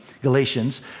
Galatians